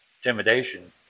intimidation